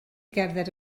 gerdded